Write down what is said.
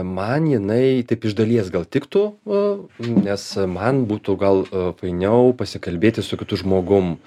man jinai taip iš dalies gal tiktų a nes man būtų gal fainiau pasikalbėti su kitu žmogum